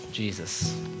Jesus